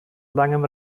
langem